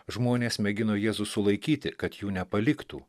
žmonės mėgino jėzų sulaikyti kad jų nepaliktų